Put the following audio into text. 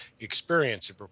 experience